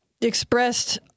expressed